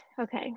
okay